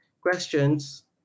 questions